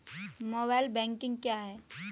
Mobile banking क्या है?